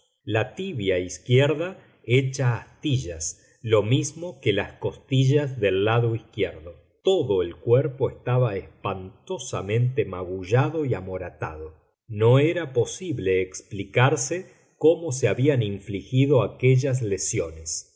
la tibia izquierda hecha astillas lo mismo que las costillas del lado izquierdo todo el cuerpo estaba espantosamente magullado y amoratado no era posible explicarse cómo se habían infligido aquellas lesiones